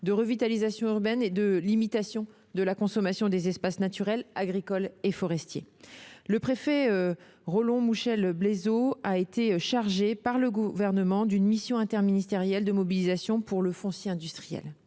de revitalisation urbaine et de limitation de la consommation des espaces naturels, agricoles et forestiers. Le préfet Rollon Mouchel-Blaisot a été chargé par le Gouvernement d'une mission interministérielle de mobilisation pour le foncier industriel.